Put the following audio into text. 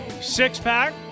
six-pack